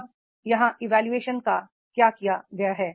अब यहाँ इवोल्यूशन का क्या किया गया है